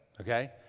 okay